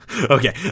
Okay